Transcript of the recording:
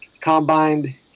combined